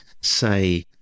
say